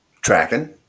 tracking